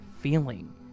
feeling